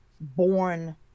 born